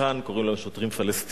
לכאן, קוראים להם "שוטרים פלסטינים".